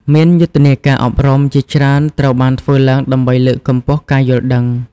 មានយុទ្ធនាការអប់រំជាច្រើនត្រូវបានធ្វើឡើងដើម្បីលើកកម្ពស់ការយល់ដឹង។